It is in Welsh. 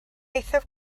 eithaf